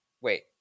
Wait